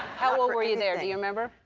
how old were you there, do you remember?